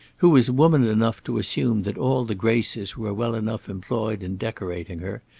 who was woman enough to assume that all the graces were well enough employed in decorating her,